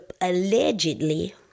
allegedly